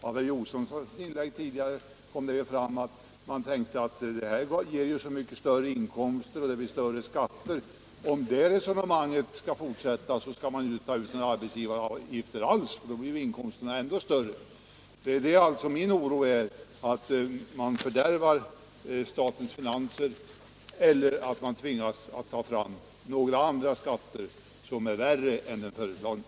Av herr Josefsons inlägg tidigare kom det ju fram att han tänkte att det här ger ju så mycket större inkomster och det blir större skatter. Drar man konsekvensen av det resonemanget, skall man ju inte ta ut några arbetsgivaravgifter alls, för då blir ju inkomsterna ändå större. Jag är som sagt orolig för att man fördärvar statens finanser eller för att man tvingas ta ut några andra skatter som är värre än de föreslagna.